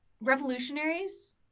Revolutionaries